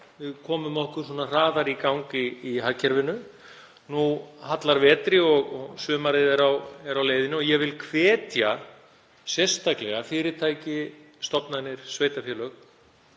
við komum okkur hraðar í gang í hagkerfinu. Nú hallar vetri og sumarið er á leiðinni og ég vil hvetja sérstaklega fyrirtæki, stofnanir, sveitarfélög